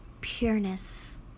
pureness